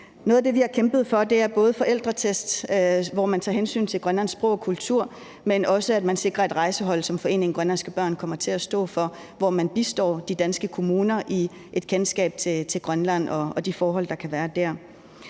Noget af det, vi har kæmpet for, er både forældretest, hvor man tager hensyn til Grønlands sprog og kultur, men også, at man sikrer et rejsehold, som foreningen Grønlandske Børn kommer til at stå for, hvor man bistår de danske kommuner med et kendskab til Grønland og de forhold, der kan være der.